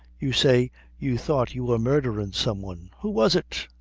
you say you thought you were murdherin' some one who was it?